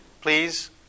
please